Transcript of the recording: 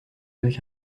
avec